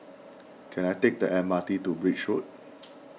can I take the M R T to Birch Road